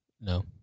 No